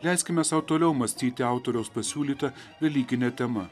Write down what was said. leiskime sau toliau mąstyti autoriaus pasiūlyta velykine tema